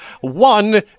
one